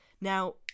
Now